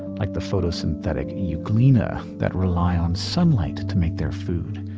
like the photosynthetic euglena that rely on sunlight to make their food.